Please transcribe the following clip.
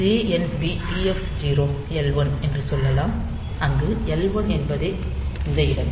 jnB TF0 L1 என்று சொல்லலாம் அங்கு L1 என்பது இந்த இடமே